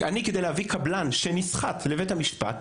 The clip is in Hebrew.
כדי להביא קבלן שנסחט לבית המשפט,